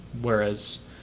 whereas